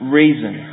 reason